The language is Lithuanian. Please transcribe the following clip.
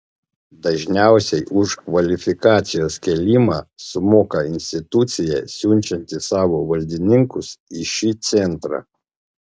dažniausiai už kvalifikacijos kėlimą sumoka institucija siunčianti savo valdininkus į šį centrą